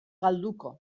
galduko